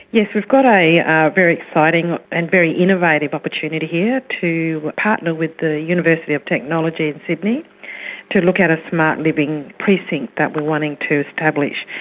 yes, we've got a very exciting and very innovative opportunity here to partner with the university of technology in sydney to look at a smart-living precinct that we are wanting to establish,